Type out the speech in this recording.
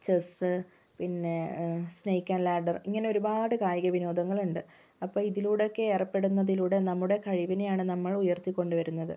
chess പിന്നെ snake and ladder ഇങ്ങനെ ഒരുപാട് കായിക വിനോദങ്ങൾ ഉണ്ട് അപ്പം ഇതിലൂടെയൊക്കെ ഏർപ്പെടുന്നതിലൂടെ നമ്മുടെ കഴിവിനെയാണ് നമ്മൾ ഉയർത്തി കൊണ്ട് വരുന്നത്